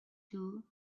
tool